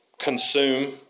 consume